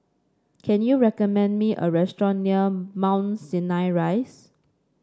can you recommend me a restaurant near Mount Sinai Rise